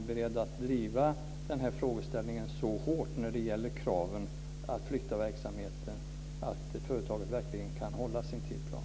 Är man beredd att driva den här frågeställningen så hårt när det gäller kraven att flytta verksamheten att företaget verkligen kan hålla sin tidsplan?